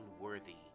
worthy